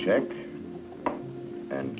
check and